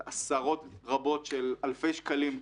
כלב כזה זה עשרות רבות של אלפי שקלים.